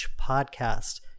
podcast